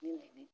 नोयलाय नो